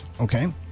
Okay